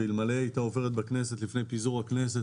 אלמלא היא הייתה עוברת לפני פיזור הכנסת